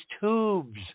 tubes